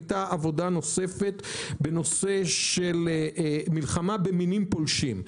הייתה עבודה נוספת בנושא של מלחמה במינים פולשים.